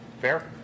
Fair